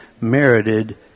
merited